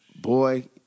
Boy